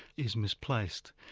is misplaced.